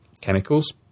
chemicals